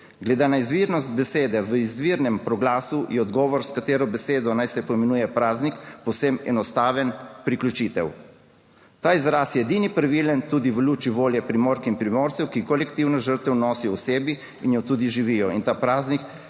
Glede na izvirnost besede v izvirnem proglasu je odgovor, s katero besedo naj se poimenuje praznik, povsem enostaven, priključitev. Ta izraz je edini pravilen tudi v luči volje Primork in Primorcev, ki kolektivno žrtev nosi v osebi in jo tudi živijo